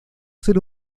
ser